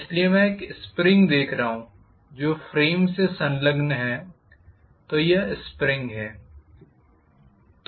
इसलिए मैं एक स्प्रिंग दिखा रहा हूं जो फ्रेम से संलग्न है तो यह स्प्रिंग है